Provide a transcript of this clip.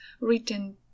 written